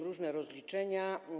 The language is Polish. Różne rozliczenia.